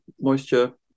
moisture